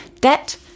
Debt